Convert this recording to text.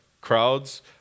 Crowds